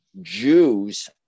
Jews